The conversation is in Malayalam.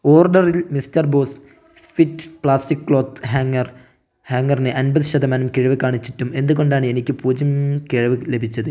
ഓർഡറിൽ mister boss swift plastic cloth hanger ഹാങ്ങറിന് അമ്പത് ശതമാനം കിഴിവ് കാണിച്ചിട്ടും എന്തുകൊണ്ടാണ് എനിക്ക് പൂജ്യം കിഴിവ് ലഭിച്ചത്